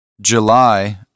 July